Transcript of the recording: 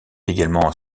également